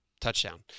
Touchdown